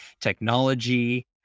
technology